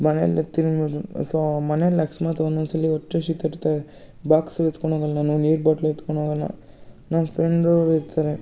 ಮನೆಯಲ್ಲಿ ತಿನ್ನುವುದು ಸೋ ಮನೆಲಿ ಅಕಸ್ಮಾತ್ ಒಂದೊಂದು ಸಲ ಹೊಟ್ಟೆ ಹಶಿತ ಇರುತ್ತೆ ಬಾಕ್ಸೂ ಎತ್ಕೊಂಡು ಹೋಗಲ್ ನಾನು ನೀರು ಬಾಟ್ಲೂ ಎತ್ಕೊಂಡ್ ಹೋಗಲ್ಲ ನನ್ನ ಫ್ರೆಂಡೂ ಇರ್ತಾರೆ